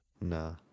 Nah